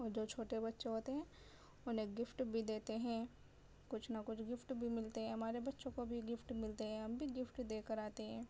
اور جو چھوٹے بچے ہوتے ہیں انہیں گفٹ بھی دیتے ہیں کچھ نہ کچھ گفٹ بھی ملتے ہیں ہمارے بچوں کو بھی گفٹ ملتے ہیں ہم بھی گفٹ دے کر آتے ہیں